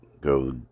Go